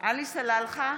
עלי סלאלחה,